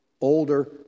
older